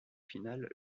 finale